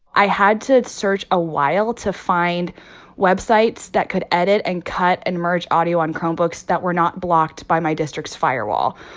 i had to search a while to find websites that could edit and cut and merge audio on chromebooks that were not blocked by my district's firewall,